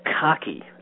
cocky